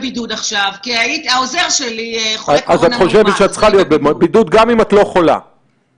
שאם בקו השני הוציאו עוד 600 אז זה מתווסף